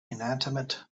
inanimate